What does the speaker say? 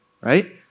right